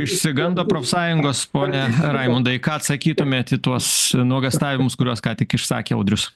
išsigando profsąjungos pone raimondai ką atsakytumėt į tuos nuogąstavimus kuriuos ką tik išsakė audrius